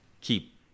keep